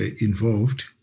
involved